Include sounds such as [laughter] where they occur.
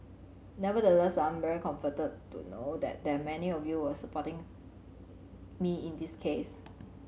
nevertheless I am very comforted to know that that many of you were supporting [unintelligible] me in this case